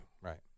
right